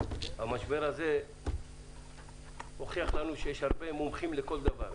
המשבר הזה הוכיח לנו שיש הרבה מומחים לכל דבר.